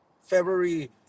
February